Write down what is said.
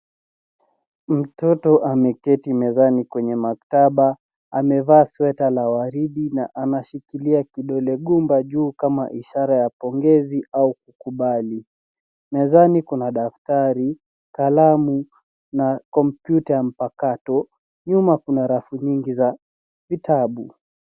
Mtoto ameketi mezani kwenye maktaba. Amevaa sweta la waridi na anashikilia kidole gumba juu kama ishara ya pongezi au kukubali. Mezani kuna daftari, mezani, kalamu na kompyuta ya mpakato. Nyuma kuna rafu nyingi za vitabu.